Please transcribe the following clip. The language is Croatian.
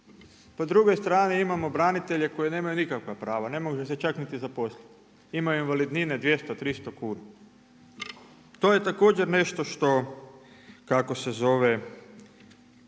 po drugoj strani imamo branitelje koji nemaju nikakva prava, ne može se čak niti zaposliti. Imaju invalidnine 200, 300 kuna. To je također nešto što, kako se zove,